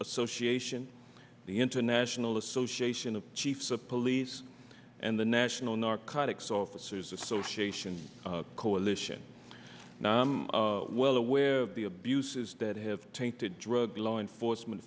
association the international association of chiefs of police and the national narcotics officers association coalition now i'm well aware of the abuses that have tainted drug law enforcement